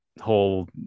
whole